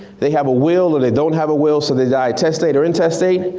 they have a will or they don't have a will, so they die testate or intestate.